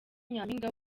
nyampinga